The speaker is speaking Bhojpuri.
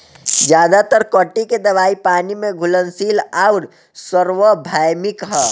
ज्यादातर कीट के दवाई पानी में घुलनशील आउर सार्वभौमिक ह?